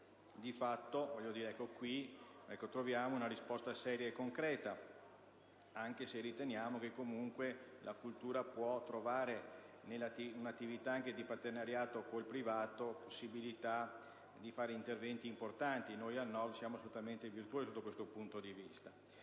Di fatto, troviamo una risposta seria e concreta, anche se riteniamo che, comunque, la cultura possa trovare nell'attività di partenariato con il privato possibilità di fare interventi importanti. Noi al Nord siamo assolutamente virtuosi da questo punto di vista.